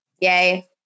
yay